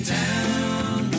town